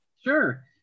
Sure